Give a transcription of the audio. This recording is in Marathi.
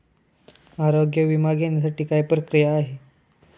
आरोग्य विमा घेण्यासाठी काय प्रक्रिया आहे?